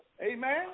Amen